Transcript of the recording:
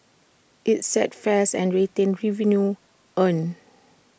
IT sets fares and retains revenue earned